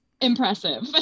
impressive